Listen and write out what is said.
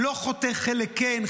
לא חותך חלק כן,